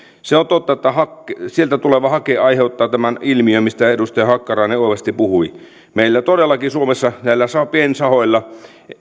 se on totta että sieltä tuleva hake aiheuttaa tämän ilmiön mistä edustaja hakkarainen oivallisesti puhui meillä todellakin suomessa näillä piensahoilla